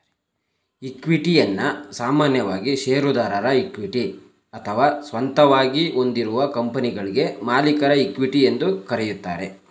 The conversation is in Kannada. ಇಕ್ವಿಟಿಯನ್ನ ಸಾಮಾನ್ಯವಾಗಿ ಶೇರುದಾರರ ಇಕ್ವಿಟಿ ಅಥವಾ ಸ್ವಂತವಾಗಿ ಹೊಂದಿರುವ ಕಂಪನಿಗಳ್ಗೆ ಮಾಲೀಕರ ಇಕ್ವಿಟಿ ಎಂದು ಕರೆಯುತ್ತಾರೆ